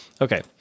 Okay